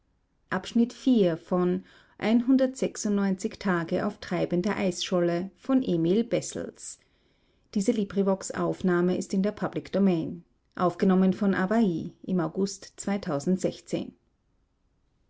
auf der sehr